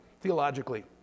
theologically